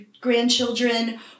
grandchildren